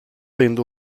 ayında